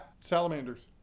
Salamanders